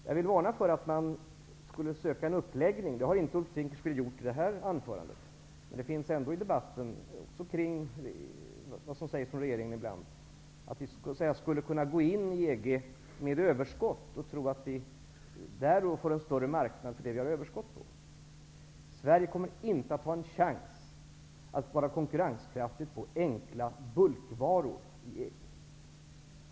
Jag vill varna för att söka en uppläggning. Det har inte Ulf Dinkelspiel gjort i det här anförandet. Men det framkommer ibland från regeringens sida i debatten att Sverige skulle gå med i EG med ett överskott och därmed tror man att landet skulle komma in på en större marknad. Sverige kommer inte att ha en chans att vara konkurrenskraftig på enkla bulkvaror i EG.